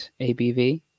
ABV